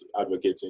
advocating